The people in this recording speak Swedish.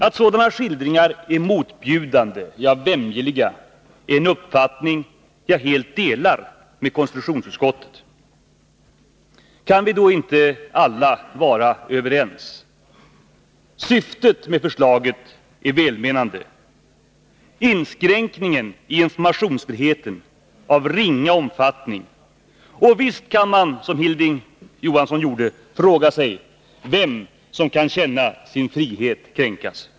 Att sådana skildringar är motbjudande, ja vämjeliga, är en uppfattning som jag helt delar med konstitutionsutskottet. Kan vi då inte alla vara överens? Syftet med förslaget är välmenande, inskränkningen i informationsfriheten av ringa omfattning, och visst kan man — som Hilding Johansson gjorde — fråga sig, vem som kan känna sin frihet kränkt.